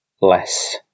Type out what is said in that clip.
less